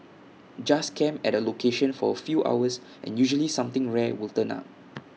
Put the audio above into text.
just camp at A location for A few hours and usually something rare will turn up